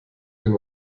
den